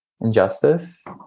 Injustice